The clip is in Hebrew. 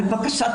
על בקשת